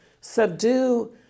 subdue